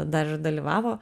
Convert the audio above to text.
dar ir dalyvavo